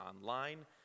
online